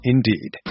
Indeed